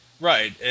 Right